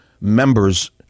members